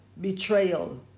betrayal